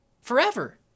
forever